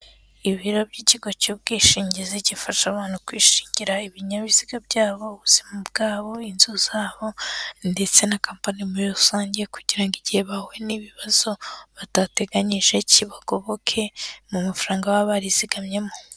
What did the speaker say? Ibiro by'ikigo cy'ubwishingizi gifasha abantu kwishingira ibinyabiziga byabo, ubuzima bwabo, inzu zabo ndetse na kampani muri rusange kugira ngo igihe bahuye n'ibibazo batateganyije kibagoboke mu mafaranga baba barizigamyemo.